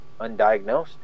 undiagnosed